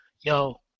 yo